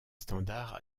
standards